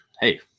hey